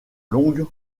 longues